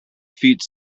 feet